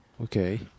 Okay